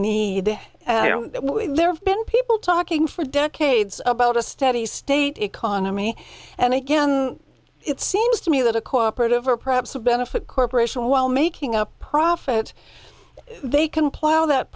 need people talking for decades about a steady state economy and again it seems to me that a cooperative or perhaps a benefit corporation while making up profit they can plow that